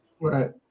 right